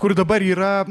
kur dabar yra